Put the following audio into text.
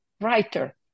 writer